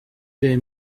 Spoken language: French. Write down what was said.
des